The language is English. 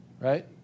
right